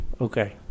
Okay